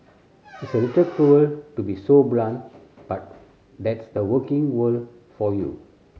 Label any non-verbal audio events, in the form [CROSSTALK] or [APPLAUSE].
it's a [NOISE] little cruel to be so blunt but that's the working world for you